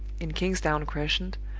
in kingsdown crescent,